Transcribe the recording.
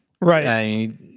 right